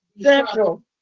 Central